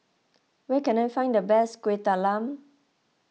where can I find the best Kuih Talam